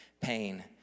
pain